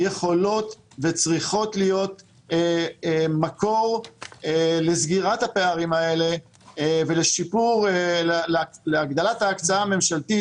יכולות וצריכות להיות מקור לסגירת הפערים האלה ולהגדלת ההקצאה הממשלתית